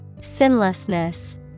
Sinlessness